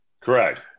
Correct